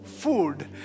Food